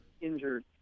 injured